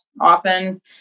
often